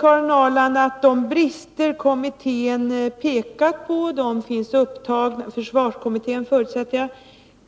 Karin Ahrland säger att de brister försvarskommittén